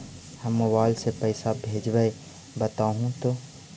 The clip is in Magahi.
हम मोबाईल से पईसा भेजबई बताहु तो?